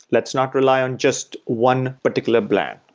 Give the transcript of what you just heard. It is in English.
let's not rely on just one particular bland.